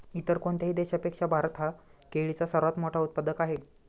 इतर कोणत्याही देशापेक्षा भारत हा केळीचा सर्वात मोठा उत्पादक आहे